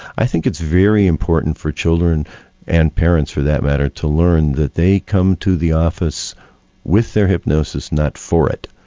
i think it's very important for children and parents for that matter to learn that they come to the office with their hypnosis not for it.